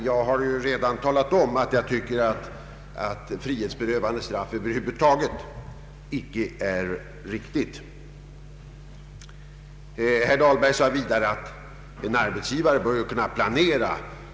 Jag har ju redan talat om att jag anser att frihetsberövande straff över huvud taget inte är riktigt här. Herr Dahlberg sade vidare att en arbetsgivare bör kunna planera.